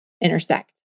intersect